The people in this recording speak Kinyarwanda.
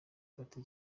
party